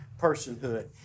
personhood